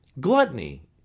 Gluttony